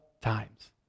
times